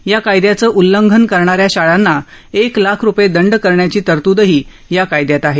या कायद्याचे उल्लंघन करणाऱ्या शाळांना एक लाख रुपये दंड करण्याची तरतुदही या कायदयात आहे